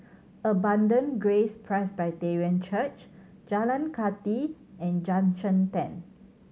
Abundant Grace Presbyterian Church Jalan Kathi and Junction Ten